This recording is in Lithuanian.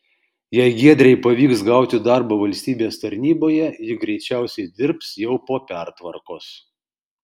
jei giedrei pavyks gauti darbą valstybės tarnyboje ji greičiausiai dirbs jau po pertvarkos